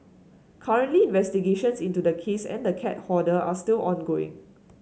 currently investigations into the case and the cat hoarder are still ongoing